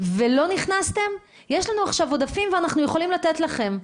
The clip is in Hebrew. ולא נכנסתם - יש לנו עכשיו עודפים ואנחנו יכולים לתת לכם.